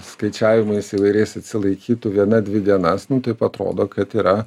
skaičiavimais įvairiais atsilaikytų viena dvi dienas nu taip atrodo kad yra